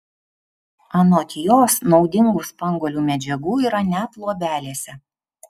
anot jos naudingų spanguolių medžiagų yra net luobelėse